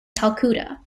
calcutta